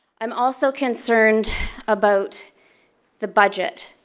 i'm also concerned about the budget.